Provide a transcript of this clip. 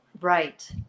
Right